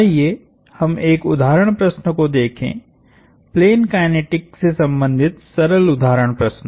आइए हम एक उदाहरण प्रश्न को देखें प्लेन काइनेटिक से संबंधित सरल उदाहरण प्रश्न